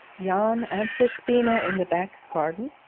yon amphisboena in the back garden?